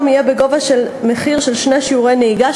יהיה בגובה מחירם של שני שיעורי נהיגה,